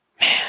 Man